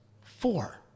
Four